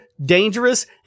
dangerous